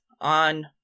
on